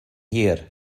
hir